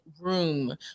room